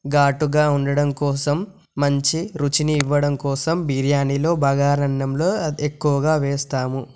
ఘాటుగా ఉండడం కోసం మంచి రుచిని ఇవ్వడం కోసం బిర్యానీలో బగారా అన్నంలో ఎక్కువగా వేస్తాము